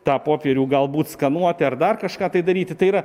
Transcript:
tą popierių galbūt skanuoti ar dar kažką tai daryti tai yra